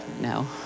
no